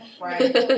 Right